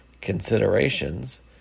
considerations